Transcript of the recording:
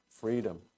freedom